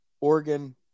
Oregon